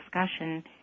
discussion